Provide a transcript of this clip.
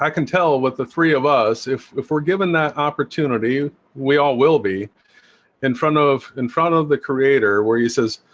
ah can tell what the three of us if if we're given that opportunity we all will be in front of in front of the creator where he says,